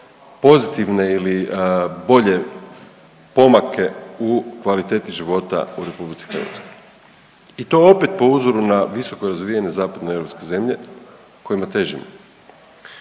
pozitivne ili bolje pomake u kvaliteti života u RH i to opet po uzoru na visokorazvijene Zapadnoeuropske zemlje kojima težimo.